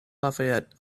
lafayette